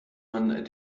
man